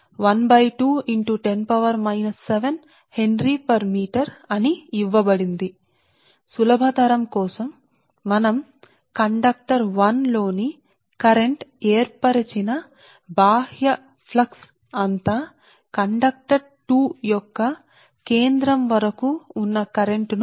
కాబట్టి మీ ఊహను సులభతరం అయేలా మనం ఉహించ వచ్చును కండక్టర్ 1 లో కరెంట్ ద్వారా ఏర్పడే బాహ్య ప్లక్స్ నంతటిని సరే అన్ని కరెంట్ లను కండక్టర్ 2 కేంద్రం మధ్య కేంద్రం వరకు కలుపుతుందని మనం అనుకోవచ్చు అంటే కరెంట్ ద్వారా అన్ని బాహ్య ఫ్లక్స్ ఏర్పాటు మనం ఈ కరెంట్ ద్వారా ఈ బాహ్య ఫ్లక్స్ ఏర్పాటు చేసినప్పుడు సరే మీరు పిలిచే కండక్టర్ 1 కరెంటు సరే కరెంట్ అంతటిని కండక్టర్ 2 కేంద్రం వరకు కలుపుతుంది